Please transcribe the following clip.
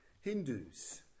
Hindus